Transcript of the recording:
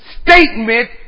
statement